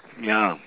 ya